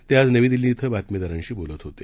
ते आज नवी दिल्ली ध्वें बातमीदारांशी बोलत होते